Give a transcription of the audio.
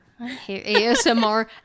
ASMR